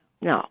No